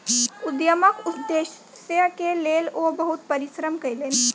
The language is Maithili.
उद्यमक उदेश्यक लेल ओ बहुत परिश्रम कयलैन